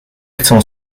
chcą